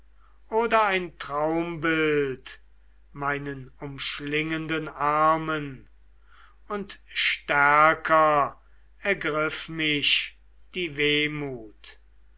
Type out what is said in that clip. oder ein traumbild meinen umschlingenden armen und stärker ergriff mich die wehmut